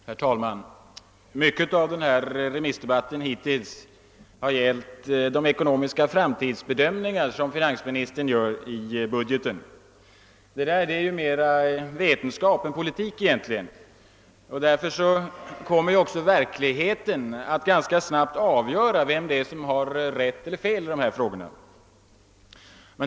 Herr talman! Mycket har i denna remissdebatt hittills gällt de ekonomiska framtidsbedömningar som finansministern gör i budgeten. Egentligen är detta mera vetenskap än politik, och därför kommer också verkligheten att ganska snabbt avgöra vem som har rätt eller fel i dessa frågor.